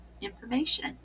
information